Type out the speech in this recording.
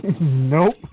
Nope